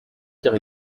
car